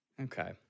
okay